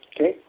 Okay